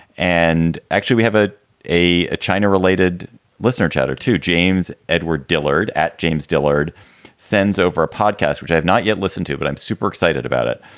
and actually, we have a a a china related listener chatter to james edward dillard at james dillard sends over a podcast, which i have not yet listened to, but i'm super excited about it.